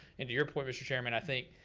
and to your point, mr. chairman, i think,